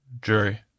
Jury